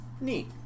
Neat